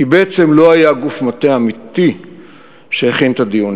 כי בעצם לא היה גוף מטה אמיתי שהכין את הדיונים.